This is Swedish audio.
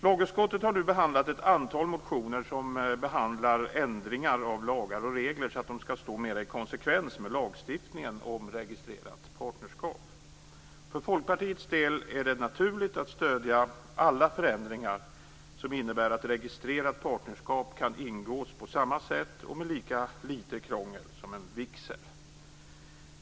Lagutskottet har nu behandlat ett antal motioner som gäller ändringar av lagar och regler så att de skall stå mer i konsekvens med lagstiftningen om registrerat partnerskap. För Folkpartiets del är det naturligt att stödja alla förändringar som innebär att registrerat partnerskap kan ingås på samma sätt och med lika lite krångel som en vigsel.